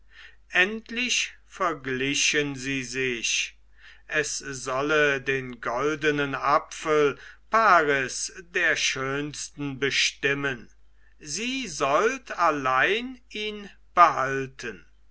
endlich verglichen sie sich es solle den goldenen apfel paris der schönsten bestimmen sie sollt allein ihn behalten